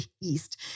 east